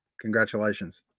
Congratulations